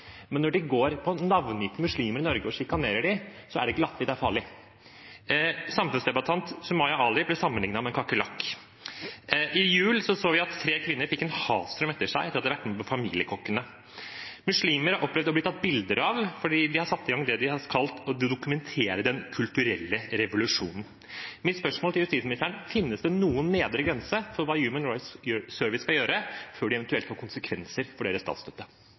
Men når de går på navngitte muslimer i Norge og sjikanerer dem, er det ikke latterlig, det er farlig. Samfunnsdebattant Sumaya Jirde Ali ble sammenlignet med en kakerlakk. I julen så vi at tre kvinner fikk en hatstrøm etter seg etter at de hadde vært med på Familiekokkene. Muslimer har opplevd å bli tatt bilde av fordi HRS har satt i gang det de har kalt å dokumentere den kulturelle revolusjonen. Mitt spørsmål til justisministeren er: Finnes det noen nedre grense for hva Human Rights Service skal gjøre før det eventuelt får konsekvenser for statsstøtten deres?